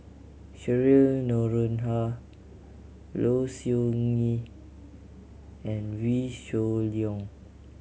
Cheryl Noronha Low Siew Nghee and Wee Shoo Leong